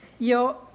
Yo